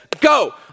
go